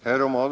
Herr talman!